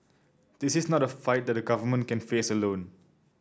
this is not a fight that the government can face alone